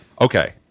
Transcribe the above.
Okay